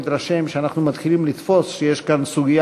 מתרשם שאנחנו מתחילים לתפוס שיש כאן סוגיה